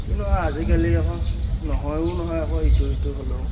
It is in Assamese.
কিনো আৰু আজিকালি আকৌ নহয়ো নহয় আকৌ ইটো সিটো হ'লেও